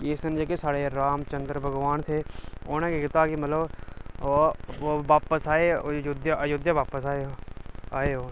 कि इस दिन जेह्के साढ़े राम चन्द्र भगवान थे उ'नें केह् कीता कि मतलब ओह् बापस आए अयोध्या अयोध्या बापस आए आए ओह्